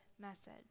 message